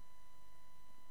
בכל דרך שרק אפשר,